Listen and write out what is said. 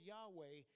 Yahweh